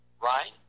right